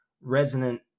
resonant